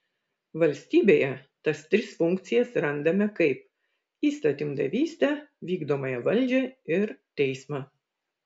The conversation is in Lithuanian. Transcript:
valstybėje tas tris funkcijas randame kaip įstatymdavystę vykdomąją valdžią ir teismą